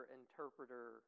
interpreter